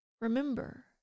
Remember